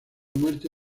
muerte